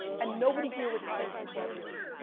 and nobody here retires in twelve years.